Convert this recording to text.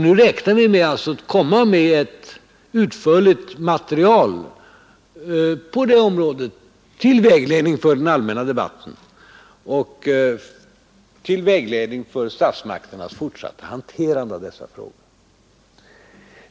Vi räknar med att kunna lägga fram ett utförligt material på området till vägledning för den allmänna debatten och till vägledning för statsmakternas fortsatta handhavande av dessa frågor.